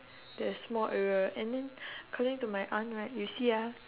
that small area and then according to my aunt right you see ah